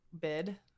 bid